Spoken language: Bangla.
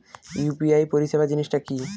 ইউ.পি.আই পরিসেবা জিনিসটা কি?